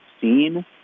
seen